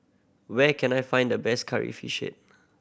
where can I find the best Curry Fish Head